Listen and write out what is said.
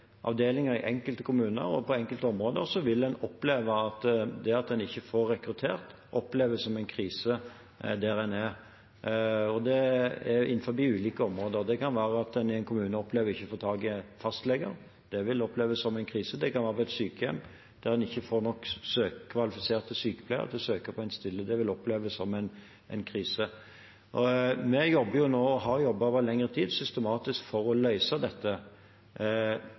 områder vil det at en ikke får rekruttert, oppleves som en krise der en er. Det er innenfor ulike områder. Det kan være at en i en kommune opplever ikke å få tak i fastleger. Det vil oppleves som en krise. Det kan være på et sykehjem, der en ikke får nok kvalifiserte sykepleiere til å søke på en stilling. Det vil oppleves som en krise. Vi jobber nå og har over lengre tid jobbet systematisk for å løse dette.